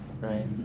right